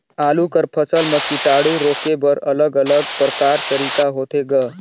आलू कर फसल म कीटाणु रोके बर अलग अलग प्रकार तरीका होथे ग?